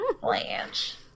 Blanche